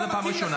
חתיכת אפס.